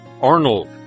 Arnold